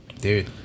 Dude